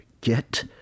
Get